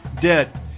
dead